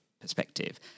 perspective